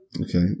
Okay